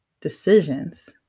decisions